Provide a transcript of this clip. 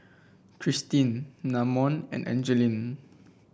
Christene Namon and Angeline